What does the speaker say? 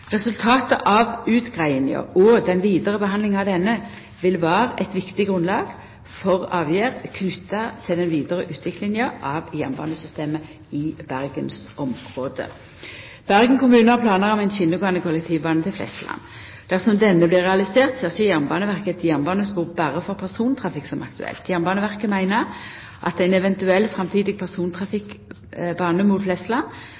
Resultatet av utgreiinga – og den vidare behandlinga av ho – vil vera eit viktig grunnlag for avgjerd knytt til den vidare utviklinga av jernbanesystemet i Bergensområdet. Bergen kommune har planar om ein skjenegåande kollektivbane til Flesland. Dersom denne blir realisert, ser ikkje Jernbaneverket eit jernbanespor for berre persontrafikk som aktuelt. Jernbaneverket meiner at ein eventuell framtidig